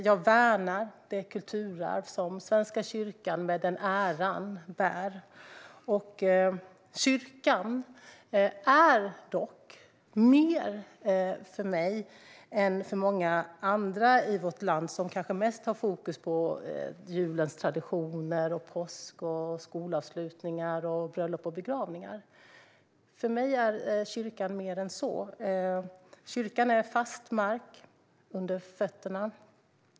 Jag värnar det kulturarv som Svenska kyrkan med den äran bär. Kyrkan är dock mer för mig än för många andra i vårt land, som kanske mest har fokus på julens traditioner, påsk, skolavslutningar, bröllop och begravningar. För mig är kyrkan mer än så. Kyrkan är fast mark under fötterna.